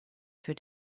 für